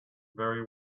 very